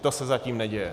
To se zatím neděje.